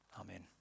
Amen